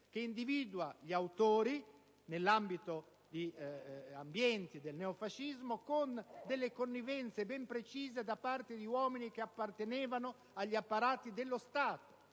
che individua gli autori, nell'ambito di ambienti del neofascismo, con delle connivenze ben precise da parte di uomini che appartenevano agli apparati dello Stato.